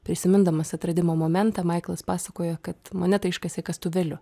prisimindamas atradimo momentą maiklas pasakojo kad monetą iškasė kastuvėliu